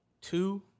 Two